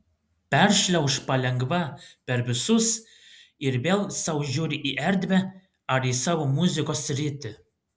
peršliauš palengva per visus ir vėl sau žiūri į erdvę ar į savo muzikos sritį